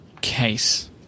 case